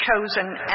chosen